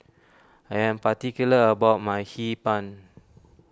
I am particular about my Hee Pan